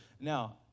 Now